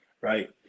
Right